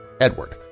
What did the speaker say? Edward